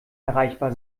erreichbar